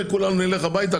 כולנו נלך הביתה,